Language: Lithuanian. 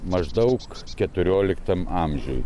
maždaug keturioliktam amžiuj